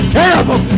terrible